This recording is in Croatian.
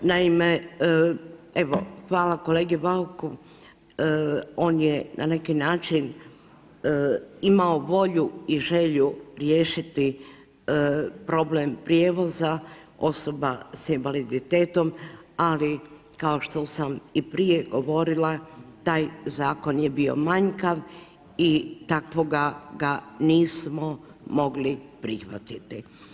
Naime, evo hvala kolegi Bauku, on je na neki način imao volju i želju riješiti problem prijevoza osoba s invaliditetom ali kao što sam i prije govorila, taj zakon je bio manjkav i takvog ga nismo mogli prihvatiti.